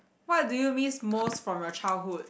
what do you miss most from your childhood